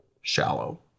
shallow